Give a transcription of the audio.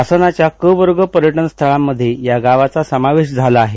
शासनाच्या क वर्ग पर्यटन स्थळांमध्ये या गावाचा समावेश झाला आहे